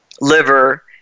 liver